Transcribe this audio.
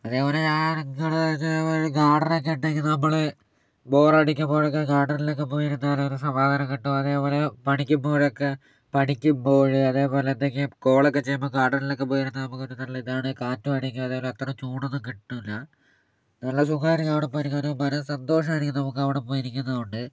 അതേപോലെ ആ ഗാർഡൻ ഒക്കെ നമ്മൾ ബോറഡിക്കുമ്പോഴൊക്കെ ഗാർഡനിലൊക്കെ പോയിരുന്നാൽ ഒരു സമാധാനം കിട്ടും അതേപോലെ പഠിക്കുമ്പോഴൊക്കെ പഠിക്കുമ്പോഴ് അതേപോലെ എന്തെങ്കിലും കോളൊക്കെ ചെയ്യുമ്പോൾ ഗാർഡനിലൊക്കെ പോയിരുന്നാൽ നമുക്കൊരു നല്ല ഇതാണ് കാറ്റും അടിക്കും അതേപോലെ അത്ര ചൂടൊന്നും കിട്ടില്ല നല്ല സുഖമായിരിക്കും അവിടെ പോയിരിക്കാൻ ഒരു മനഃസന്തോഷം ആയിരിക്കും നമുക്ക് അവിടെ പോയിരിക്കുന്നതുകൊണ്ട്